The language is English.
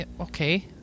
Okay